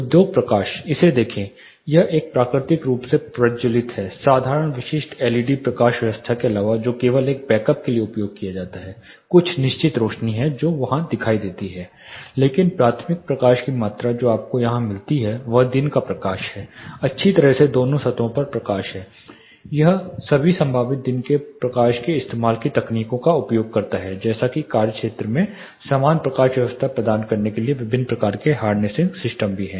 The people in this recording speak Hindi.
उद्योग प्रकाश इसे देखें यह एक प्राकृतिक रूप से प्रज्ज्वलित है साधारण विशिष्ट एलईडी प्रकाश व्यवस्था के अलावा जो केवल एक बैकअप के लिए उपयोग किया जाता है कुछ निश्चित रोशनी हैं जो वहां दिखाई देती हैं लेकिन प्राथमिक प्रकाश की मात्रा जो आपको यहां मिलती है वह दिन का प्रकाश है अच्छी तरह से दोनों सतहों पर प्रकाश है यह सभी संभावित दिन के प्रकाश के इस्तेमाल की तकनीकों का उपयोग करता है जैसा कि कार्य क्षेत्र में समान प्रकाश व्यवस्था प्रदान करने के लिए विभिन्न प्रकार के हार्नेसिंग सिस्टम भी हैं